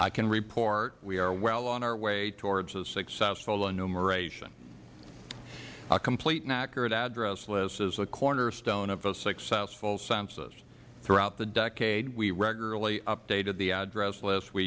i can report we are well on our way toward a successful enumeration a complete and accurate address list is the cornerstone of a successful census throughout the decade we regularly updated the address list we